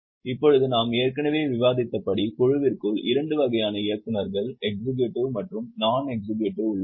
இப்போது நாம் ஏற்கனவே விவாதித்தபடி குழுவிற்குள் 2 வகையான இயக்குநர்கள் எக்ஸிக்யூடிவ் மற்றும் நாண் எக்ஸிக்யூடிவ் உள்ளனர்